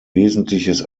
wesentliches